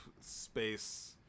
space